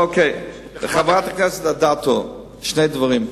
חברת הכנסת אדטו, שני דברים.